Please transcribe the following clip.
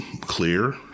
clear